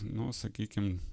nu sakykim